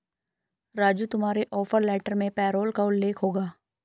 राजू तुम्हारे offer letter में payroll का उल्लेख होगा